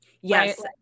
Yes